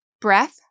breath